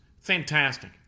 Fantastic